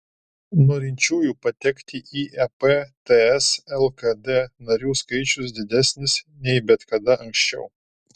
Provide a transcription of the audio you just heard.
norinčiųjų patekti į ep ts lkd narių skaičius didesnis nei bet kada anksčiau